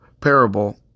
parable